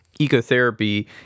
ecotherapy